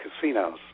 casinos